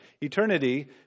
eternity